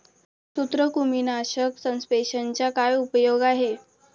सूत्रकृमीनाशक सस्पेंशनचा काय उपयोग आहे?